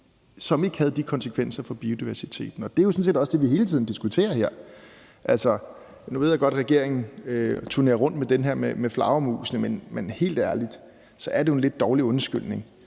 omstillingen havde de konsekvenser for biodiversiteten. Det er jo sådan set det, vi hele tiden diskuterer her. Nu ved jeg godt, at regeringen turnerer rundt med det om flagermusene. Men helt ærligt er det jo en lidt dårlig undskyldning